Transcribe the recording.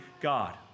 God